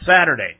Saturday